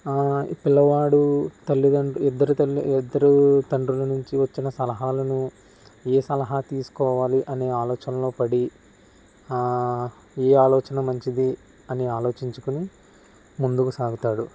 ఈ పిల్లవాడు తల్లిదండ్రు ఇద్దరు తల్లి ఇద్దరు తండ్రుల నుంచి వచ్చిన సలహాలను ఏ సలహా తీసుకోవాలి అనే ఆలోచనలో పడి ఏ ఆలోచన మంచిది అని ఆలోచించుకుని ముందుకు సాగుతాడు